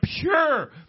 pure